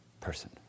person